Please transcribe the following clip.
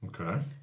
Okay